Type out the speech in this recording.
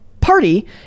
Party